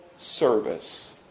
service